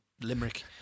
Limerick